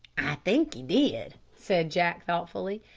i think he did, said jack thoughtfully.